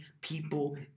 people